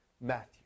Matthew